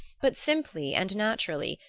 but simply and naturally,